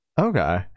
okay